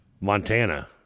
Montana